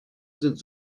sind